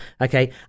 Okay